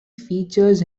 features